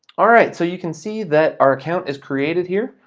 all right, so you can see that our account is created here.